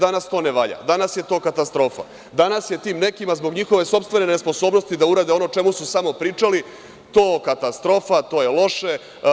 Danas to ne valja, danas je to katastrofa, danas je tim nekima zbog njihove sopstvene nesposobnosti da urade ono o čemu su samo pričali to samo katastrofa, to je loše.